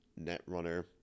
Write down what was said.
Netrunner